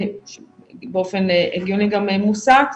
באופן הגיוני גם מוסט,